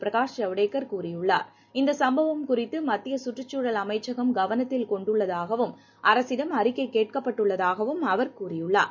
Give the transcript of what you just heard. பிரகாஷ் ஜவடேகர் கூறியுள்ளார இந்த சம்பவம் குறித்து மத்திய சுற்றுச் சூழல் அமைச்சகம் கவனத்தில் கொண்டுள்ளதாகவும் அரசிடம் அறிக்கை கேட்கப்பட்டுள்ளதாகவும் அவர் குறிப்பிட்டார்